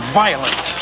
violent